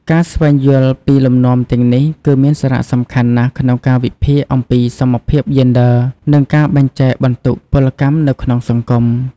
ការស្វែងយល់ពីលំនាំទាំងនេះ គឺមានសារៈសំខាន់ណាស់ក្នុងការវិភាគអំពីសមភាពយេនឌ័រ និងការបែងចែកបន្ទុកពលកម្មនៅក្នុងសង្គម។